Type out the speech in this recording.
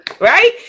right